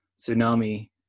tsunami